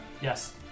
Yes